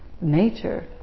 nature